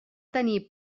tenir